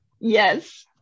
Yes